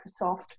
Microsoft